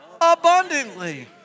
abundantly